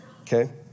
Okay